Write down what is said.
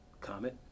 comment